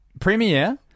premiere